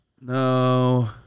No